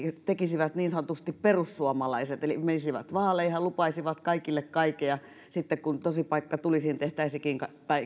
tekisi niin sanotusti perussuomalaiset eli menisivät vaaleihin ja lupaisivat kaikille kaiken ja sitten kun tosipaikka tulisi niin tehtäisiinkin